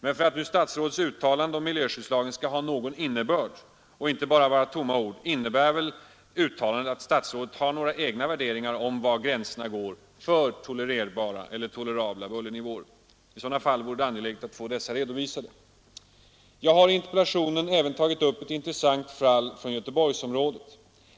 Men för att nu statsrådets uttalande om miljöskyddslagen skall ha någon innebörd — och inte bara vara tomma ord — innebär väl det att herr statsrådet har några egna värderingar om var gränserna går för tolerabla bullernivåer. I sådant fall vore det angeläget att få dessa redovisade. Jag har i min interpellation även tagit upp ett intressant fall från Göteborg.